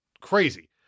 crazy